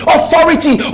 Authority